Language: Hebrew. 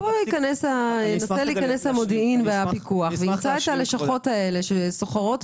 פה ינסה להיכנס המודיעין והפיקוח וימצא את הלשכות האלה שסוחרות